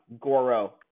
Goro